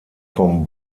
vom